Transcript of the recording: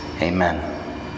Amen